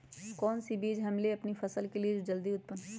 कौन सी बीज ले हम अपनी फसल के लिए जो जल्दी उत्पन हो?